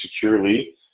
securely